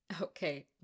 Okay